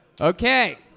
Okay